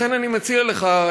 לכן אני מציע לך,